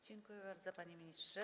Dziękuję bardzo, panie ministrze.